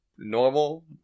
Normal